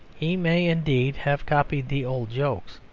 he may indeed have copied the old jokes,